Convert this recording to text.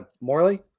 Morley